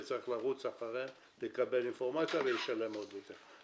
וצריך יהיה לרוץ אחריהם לקבל אינפורמציה ולשלם עוד יותר.